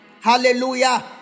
Hallelujah